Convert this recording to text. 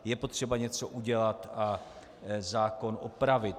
Je potřeba něco udělat a zákon opravit.